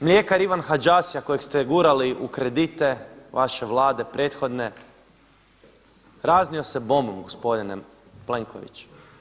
Mljekar Ivan Hadžasija kojeg ste gurali u kredite vaše Vlade prethodne raznio se bombom gospodine Plenković.